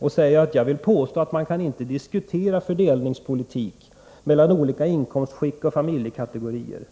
Jag vill nämligen påstå att man inte kan diskutera fördelningspolitik mellan olika inkomstskikt eller familjekategorier